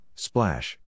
Splash